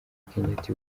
kenyatta